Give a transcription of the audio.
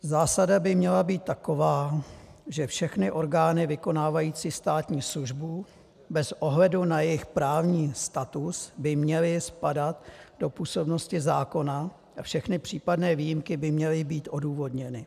Zásada by měla být taková, že všechny orgány vykonávající státní službu bez ohledu na jejich právní status by měly spadat do působnosti zákona, všechny případné výjimky by měly být odůvodněny.